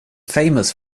famous